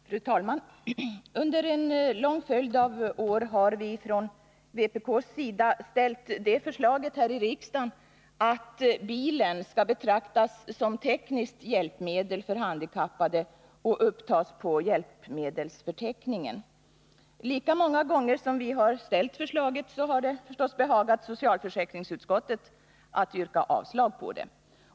Fru talman! Under en lång följd av år har vi från vpk:s sida väckt det förslaget här i riksdagen, att bilen skall betraktas som tekniskt hjälpmedel för handikappade och upptas på hjälpmedelsförteckningen. Lika många gånger som vi har framställt förslaget har det behagat socialförsäkringsutskottet att yrka avslag på det.